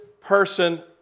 person